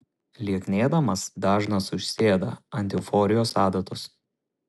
lieknėdamas dažnas užsėda ant euforijos adatos